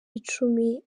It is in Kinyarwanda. icumi